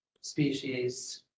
species